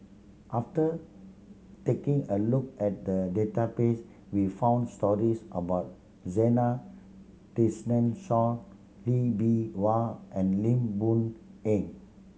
after taking a look at the database we found stories about Zena Tessensohn Lee Bee Wah and Lim Boon Heng